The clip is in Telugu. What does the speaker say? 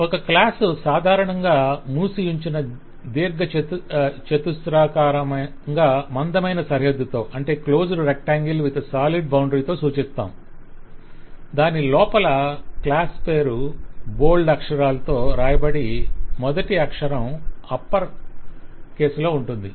ఒక క్లాస్ సాధారణంగా మూసియుంచిన దీర్ఘచతురస్రాకారంగా మందమైన సరిహద్దుతో సూచిస్తాము దాని లోపల క్లాస్ పేరు బోల్డ్ అక్షరాలతో వ్రాయబడి మొదటి అక్షరం అప్పర్ కేస్ లో ఉంటుంది